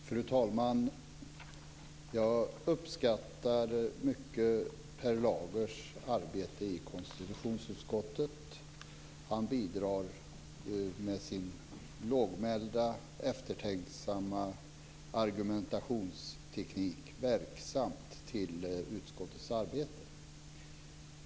Fru talman! Jag uppskattar mycket Per Lagers arbete i konstitutionsutskottet. Han bidrar med sin lågmälda och eftertänksamma argumentationsteknik verksamt till utskottets arbete.